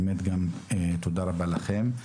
תודה רבה לכם.